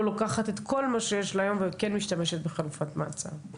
לוקחת את כל מה שיש להם וכן משתמשת בחלופת מעצר.